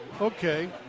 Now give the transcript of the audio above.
Okay